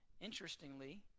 Interestingly